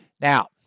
now